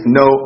no